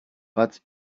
but